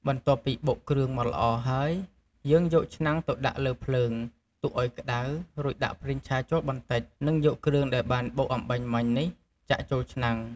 បន្ទាប់ពីបុកគ្រឿងម៉ដ្ឋល្អហើយ យើងយកឆ្នាំងទៅដាក់លើភ្លើង ទុកឱ្យក្ដៅ រួចដាក់ប្រេងឆាចូលបន្តិច និងយកគ្រឿងដែលបានបុកអំបាញ់មិញនេះចាក់ចូលឆ្នាំង។